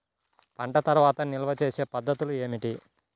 పంట తర్వాత నిల్వ చేసే పద్ధతులు ఏమిటి?